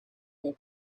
their